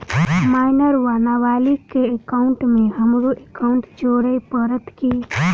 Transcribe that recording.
Minor वा नबालिग केँ एकाउंटमे हमरो एकाउन्ट जोड़य पड़त की?